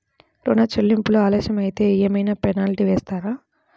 ఋణ చెల్లింపులు ఆలస్యం అయితే ఏమైన పెనాల్టీ వేస్తారా?